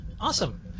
awesome